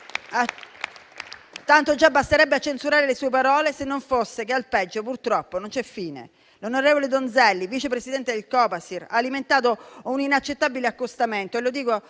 Tanto già basterebbe a censurare le sue parole, se non fosse che al peggio purtroppo non c'è fine. L'onorevole Donzelli, Vice Presidente del Copasir, ha alimentato un inaccettabile accostamento. E lo dico